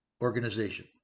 organization